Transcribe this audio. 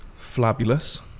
Flabulous